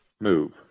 move